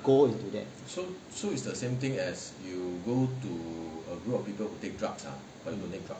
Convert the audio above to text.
go into that